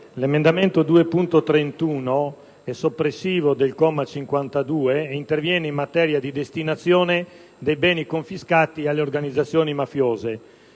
l'emendamento 2.31, soppressivo del comma 52 dell'articolo 2, interviene in materia di destinazione dei beni confiscati alle organizzazioni mafiose.